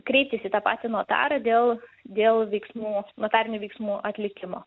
kreiptis į tą patį notarą dėl dėl veiksmų notarinių veiksmų atlikimo